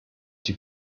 die